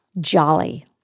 jolly